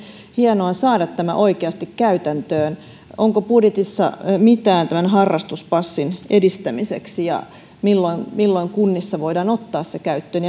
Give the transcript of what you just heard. hienoa saada tämä oikeasti käytäntöön onko budjetissa mitään tämän harrastuspassin edistämiseksi milloin milloin kunnissa voidaan ottaa se käyttöön